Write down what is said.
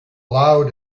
loud